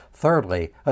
Thirdly